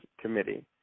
Committee